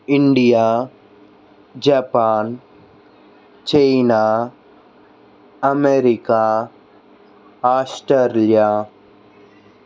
India Japan China America Australia